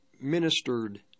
ministered